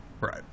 Right